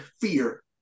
fear